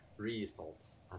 results